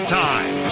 time